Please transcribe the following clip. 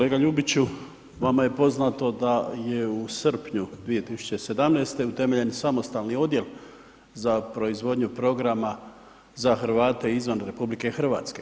Kolega Ljubiću, vama je poznato da je u srpnju 2017. utemeljen samostalni odjel za proizvodnju programa za Hrvate izvan RH.